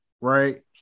right